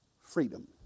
Freedom